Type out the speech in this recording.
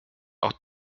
auch